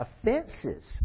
Offenses